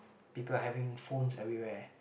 people having phones everywhere